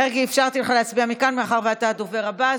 מרגי, אפשרתי לך להצביע מכאן מאחר שאתה הדובר הבא.